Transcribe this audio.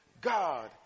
God